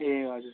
ए हजुर